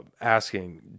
asking